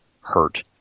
hurt